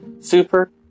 super